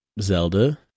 Zelda